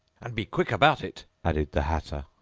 and be quick about it added the hatter,